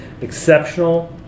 exceptional